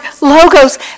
Logos